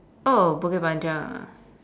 oh bukit panjang ah